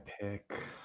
pick